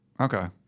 Okay